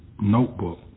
notebook